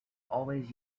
always